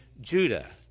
Judah